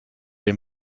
den